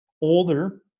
older